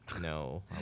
No